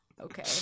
Okay